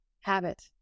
habit